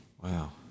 Wow